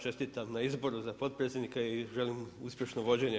Čestitam na izboru za potpredsjednika i želim uspješno vođenje.